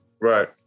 Right